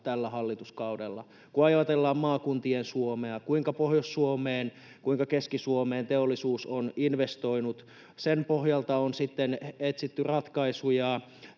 tällä hallituskaudella, kun ajatellaan maakuntien Suomea, kuinka Pohjois-Suomeen ja kuinka Keski-Suomeen teollisuus on investoinut. Sen pohjalta on sitten etsitty ratkaisuja